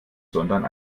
sondern